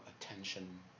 attention